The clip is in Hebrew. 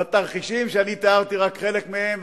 בתרחישים שאני תיארתי רק חלק מהם,